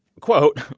quote,